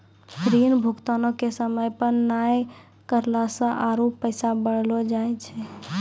ऋण भुगतानो के समय पे नै करला से आरु पैसा बढ़लो जाय छै